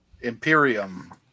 Imperium